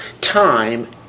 time